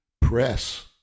press